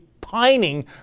pining